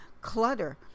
clutter